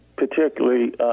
Particularly